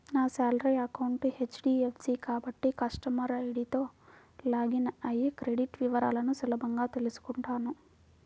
నా salary account HDFC కాబట్టి customer ఐడీతో లాగిన్ అయ్యి క్రెడిట్ వివరాలను సులభంగా తెల్సుకుంటాను